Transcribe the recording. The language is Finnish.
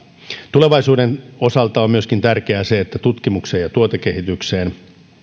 tulevaisuuden osalta on tärkeää myöskin se että tutkimukseen ja tuotekehitykseen